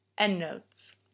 Endnotes